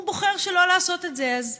הוא בוחר שלא לעשות את זה, אז